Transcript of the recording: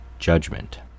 judgment